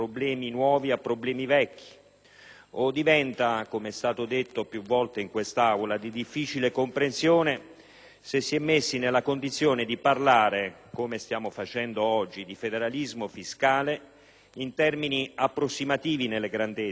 diventi, come detto più volte in quest'Aula, di difficile comprensione se si è messi nella condizione di parlare, come stiamo facendo oggi, di federalismo fiscale in termini approssimativi nelle grandezze e confuso negli strumenti.